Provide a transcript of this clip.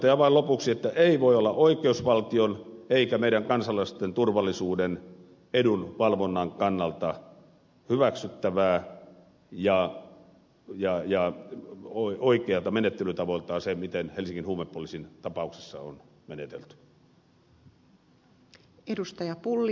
totean vain lopuksi että ei voi olla oikeusvaltion eikä meidän kansalaisten turvallisuuden edunvalvonnan kannalta hyväksyttävää ja oikeata menettelytavoiltaan se miten helsingin huumepoliisin tapauksessa on menetelty